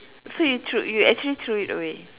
so you throw you actually threw it away